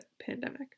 pandemic